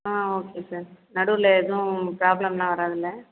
ஆ okay sir நடுவில் எதுவும் problem எல்லாம் வராதுல்ல